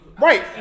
Right